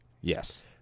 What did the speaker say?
Yes